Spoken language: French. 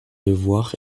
devoir